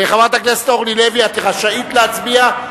חברת הכנסת אורלי לוי, את רשאית להצביע.